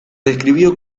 describió